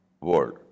world